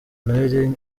noheli